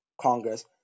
Congress